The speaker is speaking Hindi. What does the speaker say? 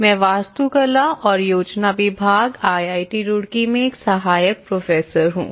मैं वास्तुकला और योजना विभाग आई आई टी रुड़की में एक सहायक प्रोफेसर हूं